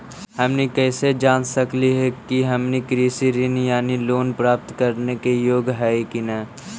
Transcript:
हमनी कैसे जांच सकली हे कि हमनी कृषि ऋण यानी लोन प्राप्त करने के योग्य हई कि नहीं?